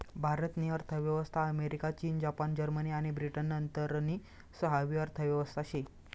भारत नी अर्थव्यवस्था अमेरिका, चीन, जपान, जर्मनी आणि ब्रिटन नंतरनी सहावी अर्थव्यवस्था शे